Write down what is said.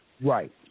Right